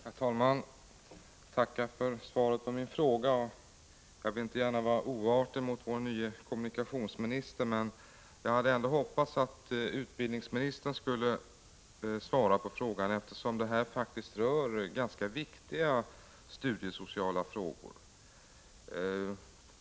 Herr talman! Jag tackar för svaret på min fråga. Jag vill inte gärna vara oartig mot vår nye kommunikationsminister, men jag hade ändå hoppats att utbildningsministern skulle svara på frågan, eftersom den är en viktig studiesocial fråga.